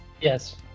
Yes